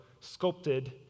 sculpted